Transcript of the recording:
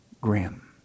grim